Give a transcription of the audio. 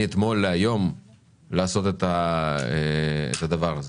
מאתמול להיום לעשות את הדבר הזה.